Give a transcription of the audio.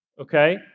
Okay